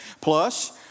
Plus